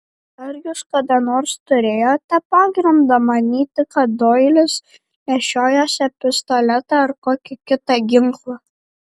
ar jūs kada nors turėjote pagrindą manyti kad doilis nešiojasi pistoletą ar kokį kitą ginklą